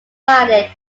divided